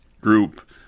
Group